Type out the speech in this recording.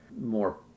more